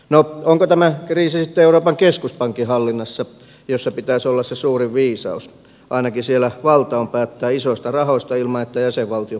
no onko tämä kriisi sitten euroopan keskuspankin hallinnassa jossa pitäisi olla se suurin viisaus ainakin siellä on valta päättää isoista rahoista ilman että jäsenvaltiot pääsevät väliin